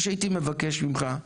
מה שהייתי מבקש ממך,